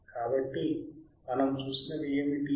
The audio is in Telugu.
కాబట్టి మనం చూసినవి ఏమిటి